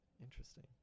Interesting